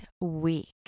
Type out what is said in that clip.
week